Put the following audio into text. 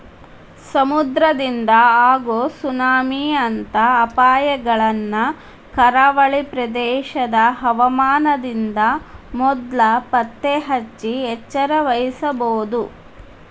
ಸಮುದ್ರದಿಂದ ಆಗೋ ಸುನಾಮಿ ಅಂತ ಅಪಾಯಗಳನ್ನ ಕರಾವಳಿ ಪ್ರದೇಶದ ಹವಾಮಾನದಿಂದ ಮೊದ್ಲ ಪತ್ತೆಹಚ್ಚಿ ಎಚ್ಚರವಹಿಸಬೊದು